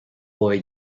boy